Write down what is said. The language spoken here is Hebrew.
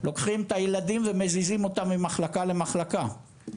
לוקחים את הילדים ומזיזים אותם ממחלקה למחלקה,